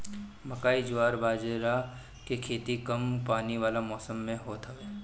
मकई, जवार बजारा के खेती कम पानी वाला मौसम में होत हवे